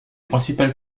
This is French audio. principales